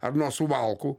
ar nuo suvalkų